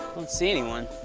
see anyone.